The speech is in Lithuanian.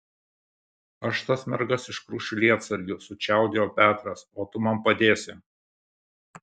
aš tas mergas iškrušiu lietsargiu sučiaudėjo petras o tu man padėsi